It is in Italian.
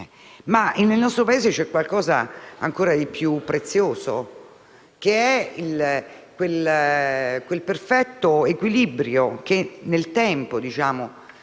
Ma nel nostro Paese c'è qualcosa di ancora più prezioso, che è quel perfetto equilibrio che nel tempo si